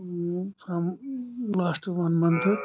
from last one month